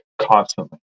constantly